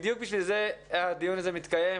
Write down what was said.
בדיוק בשביל זה הדיון הזה מתקיים,